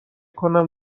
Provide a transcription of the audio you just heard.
کنم